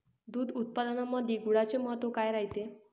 दूध उत्पादनामंदी गुळाचे महत्व काय रायते?